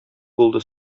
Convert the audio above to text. булды